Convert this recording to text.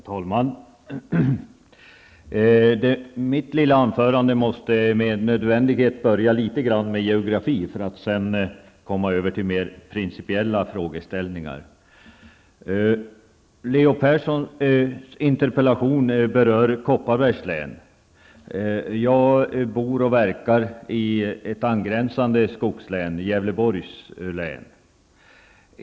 Herr talman! Mitt lilla anförande måste med nödvändighet börja med geografi för att sedan gå över till mer principiella frågeställningar. Jag bor och verkar i ett angränsande skogslän, Gävleborgs län.